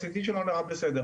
ה-CT שלו נראה בסדר,